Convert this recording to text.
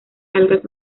algas